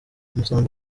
umusambi